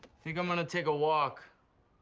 think i'm gonna take a walk.